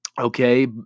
Okay